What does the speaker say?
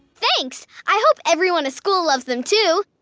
thanks! i hope everyone at school loves them, too.